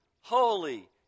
holy